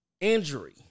injury